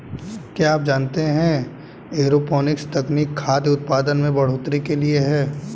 क्या आप जानते है एरोपोनिक्स तकनीक खाद्य उतपादन में बढ़ोतरी के लिए है?